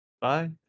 Bye